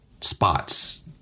spots